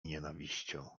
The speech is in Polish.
nienawiścią